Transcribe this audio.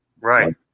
Right